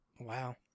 Wow